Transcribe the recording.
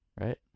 Right